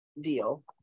deal